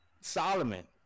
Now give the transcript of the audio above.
Solomon